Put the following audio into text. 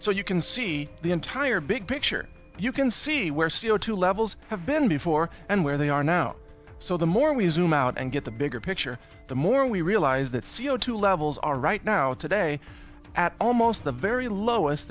so you can see the entire big picture you can see where c o two levels have been before and where they are now so the more we zoom out and get the bigger picture the more we realize that c o two levels are right now today at almost the very lowest